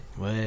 Ouais